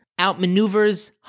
outmaneuvers